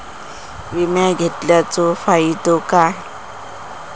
विमा घेतल्याचो फाईदो काय?